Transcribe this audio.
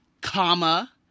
comma